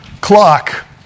clock